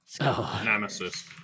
Nemesis